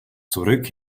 zurück